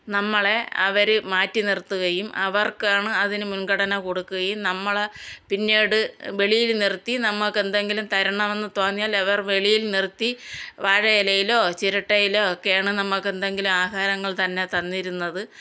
നമ്മളെ അവർ മാറ്റി നിർത്തുകയും അവർക്കാണ് അതിന് മുൻഗണന കൊടുക്കുകയും നമ്മളെ പിന്നീട് വെളിയിൽ നിർത്തി നമുക്കെന്തെങ്കിലും തരണമെന്ന് തോന്നിയാൽ അവർ വെളിയിൽ നിർത്തി വാഴയിലയിലോ ചിരട്ടയിലൊ ഒക്കെയാണ് നമുക്കെന്തെങ്കിലും ആഹാരങ്ങൾ തന്നെ തന്നിരുന്നത്